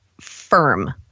firm